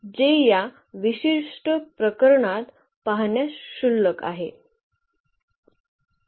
जे या विशिष्ट प्रकरणात पाहण्यास क्षुल्लक आहे